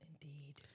Indeed